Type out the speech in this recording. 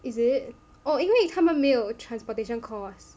is it oh 因为他们没有 transportation costs